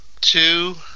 two